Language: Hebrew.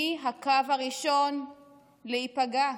מי בקו הראשון להיפגע?